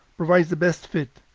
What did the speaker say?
provides the best fit.